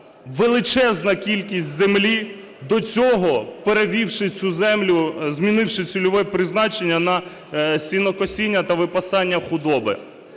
величезна кількість землі, до цього перевівши цю землю, змінивши цільове призначення на сінокосіння та випасання худоби.